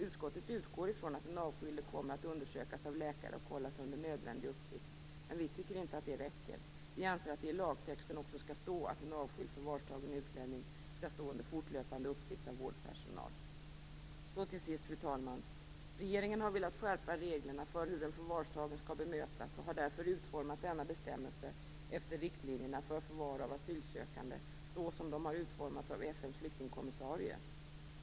Utskottet utgår ifrån att den avskilde kommer att undersökas av läkare och hållas under nödvändig uppsikt, men vi i Vänsterpartiet tycker inte att det räcker. Vi anser att det i lagtexten också skall stå att en avskild förvarstagen utlänning skall stå under fortlöpande uppsikt av vårdpersonal. Till sist, fru talman: Regeringen har velat skärpa reglerna för hur en förvarstagen skall bemötas, och har därför utformat denna bestämmelse efter riktlinjerna för förvar av asylsökande som de utformats av FN:s flyktingkommissarie.